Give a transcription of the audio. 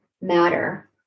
matter